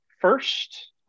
first